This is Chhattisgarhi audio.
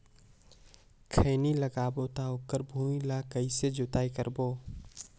खैनी लगाबो ता ओकर भुईं ला कइसे जोताई करबो?